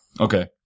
Okay